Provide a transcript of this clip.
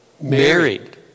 married